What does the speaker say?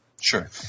Sure